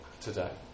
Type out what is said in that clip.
today